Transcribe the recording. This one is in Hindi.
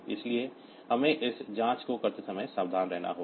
इसलिए हमें इस जाँच को करते समय सावधान रहना होगा